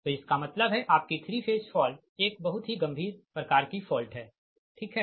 तो इसका मतलब है आपकी 3 फेज फॉल्ट एक बहुत ही गंभीर प्रकार की फॉल्ट है ठीक है